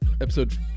episode